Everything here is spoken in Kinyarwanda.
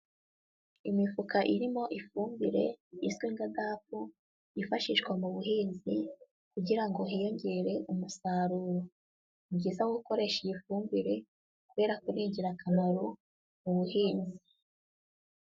Imifuka irimo ifumbire izwi nka dapu yifashishwa mu buhinzi kugira ngo hiyongere umusaruro. Ni byiza wo gukoresha iyi fumbire kubera ko ari ingirakamaro mu buhinzi.